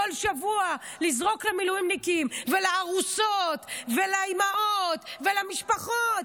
כל שבוע לזרוק למילואימניקים ולארוסות ולאימהות ולמשפחות,